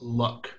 luck